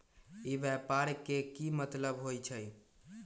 ई व्यापार के की मतलब होई छई?